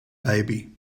baby